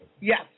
Yes